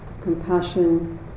compassion